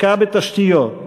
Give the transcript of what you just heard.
השקעה בתשתיות,